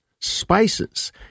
spices